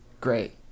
Great